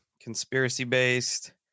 conspiracy-based